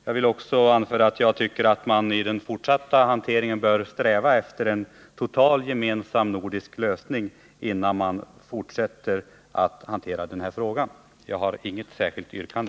Jag vill också anföra att jag tycker att man vid den fortsatta hanteringen bör sträva efter en total gemensam nordisk lösning, innan man vidare behandlar frågan. Jag har inget särskilt yrkande.